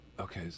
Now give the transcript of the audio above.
Okay